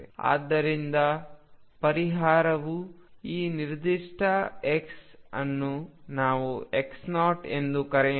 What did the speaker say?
ಆದ್ದರಿಂದ ಪರಿಹಾರವು ಈ ನಿರ್ದಿಷ್ಟ X ಅನ್ನು ನಾವು X0 ಎಂದು ಕರೆಯೋಣ